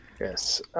Yes